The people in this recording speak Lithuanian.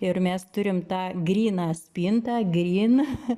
ir mes turim tą gryną spintą gryn